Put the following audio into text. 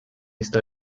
está